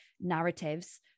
narratives